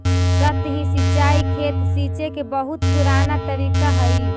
सतही सिंचाई खेत सींचे के बहुत पुराना तरीका हइ